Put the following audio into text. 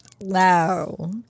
Wow